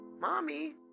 Mommy